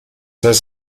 heißt